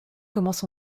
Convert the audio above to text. commence